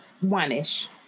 one-ish